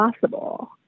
possible